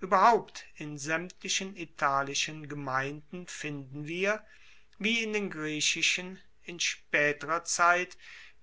ueberhaupt in saemtlichen italischen gemeinden finden wir wie in den griechischen in spaeterer zeit